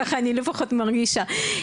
ככה אני לפחות מרגישה.